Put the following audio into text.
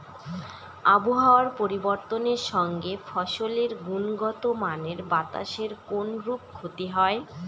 আবহাওয়ার পরিবর্তনের সঙ্গে ফসলের গুণগতমানের বাতাসের কোনরূপ ক্ষতি হয়?